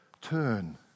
turn